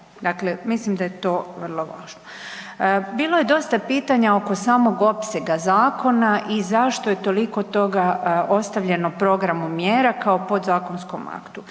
mislim da je to vrlo važno. Bilo je dosta pitanja oko samog opsega zakona i zašto je toliko toga ostavljeno programu mjera kao podzakonskom aktu.